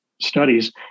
studies